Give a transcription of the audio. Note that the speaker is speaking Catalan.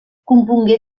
compongué